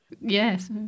Yes